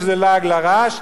שזה לעג לרש,